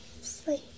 Sleep